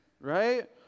right